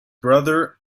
brother